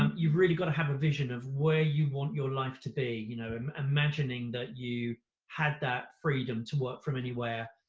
um you've really gotta have a vision of where you want your life to be, you know, imagining that you had that freedom to work from anywhere,